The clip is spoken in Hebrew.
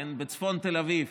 בצפון תל אביב,